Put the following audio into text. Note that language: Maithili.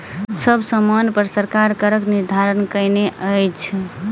सब सामानपर सरकार करक निर्धारण कयने अछि